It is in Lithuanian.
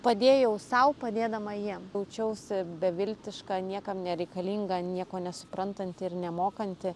padėjau sau padėdama jiem jaučiausi beviltiška niekam nereikalinga nieko nesuprantanti ir nemokanti